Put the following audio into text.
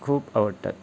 खूब आवडटा